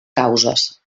causes